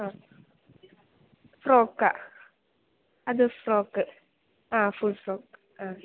ആ ഫ്രോക്കാണ് അത് ഫ്രോക്ക് ആ ഫുൾ ഫ്രോക്ക് ആ